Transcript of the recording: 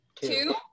Two